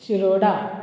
Shiroda